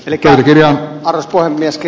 pelkääkö kokous vaan keski